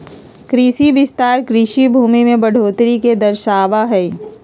कृषि विस्तार कृषि भूमि में बढ़ोतरी के दर्शावा हई